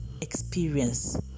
experience